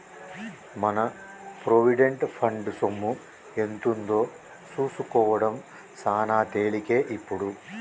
మన provident fund సొమ్ము ఎంతుందో సూసుకోడం సాన తేలికే ఇప్పుడు